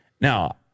Now